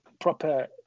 proper